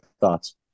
thoughts